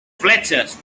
fletxes